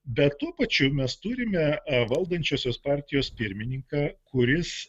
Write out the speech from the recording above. bet tuo pačiu mes turime valdančiosios partijos pirmininką kuris